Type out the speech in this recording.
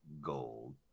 gold